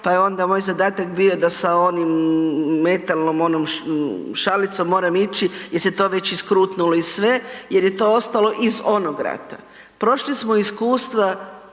pa je onda moj zadatak bio da sa onim, metalnom onom šalicom moram ići jer se to već i skrutnulo i sve jer je to ostalo iz onog rata. Prošli smo iskustva